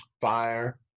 fire